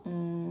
mm